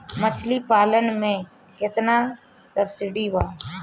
मछली पालन मे केतना सबसिडी बा?